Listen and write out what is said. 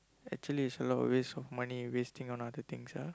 actually is a lot of waste of money wasting on other things ah